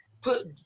put